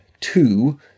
two